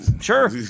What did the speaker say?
sure